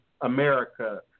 America